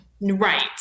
Right